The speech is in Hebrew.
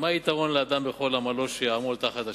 מה יתרון לאדם בכל עמלו שיעמל תחת השמש,